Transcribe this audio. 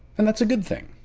and that's a good thing.